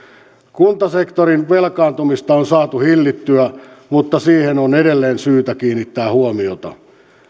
kuntasektorin velkaantumista on saatu hillittyä mutta siihen on edelleen syytä kiinnittää huomiota